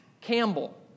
Campbell